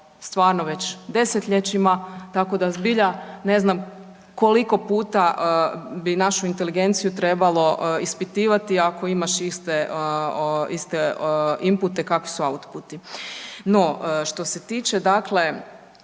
stvarno već desetljećima tako da zbilja ne znam koliko puta bi našu inteligenciju trebalo ispitivati ako imaš iste, iste inpute kakvi su outputi. No, što se tiče dakle